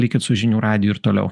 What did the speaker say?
likit su žinių radiju ir toliau